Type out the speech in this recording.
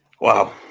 wow